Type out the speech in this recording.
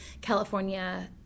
California